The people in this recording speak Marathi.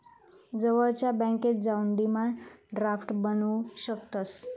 जवळच्या बॅन्केत जाऊन डिमांड ड्राफ्ट बनवू शकतंस